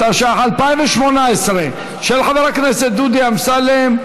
התשע"ח 2018, של חבר הכנסת דודי אמסלם.